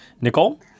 Nicole